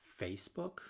Facebook